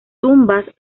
tumbas